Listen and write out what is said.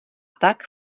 tak